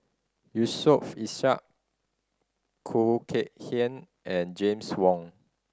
Yusof Ishak Khoo Kay Hian and James Wong